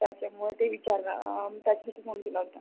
त्याच्यामुळे ते विचारणार त्याच्यासाठी फोन केला होता